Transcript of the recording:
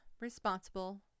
responsible